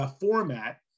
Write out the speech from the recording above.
format